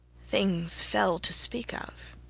things fell to speak of,